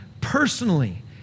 personally